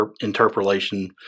interpolation